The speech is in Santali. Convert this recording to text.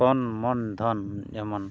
ᱛᱚᱱ ᱢᱚᱱ ᱫᱷᱚᱱ ᱡᱮᱢᱚᱱ